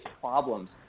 problems